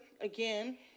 again